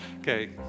okay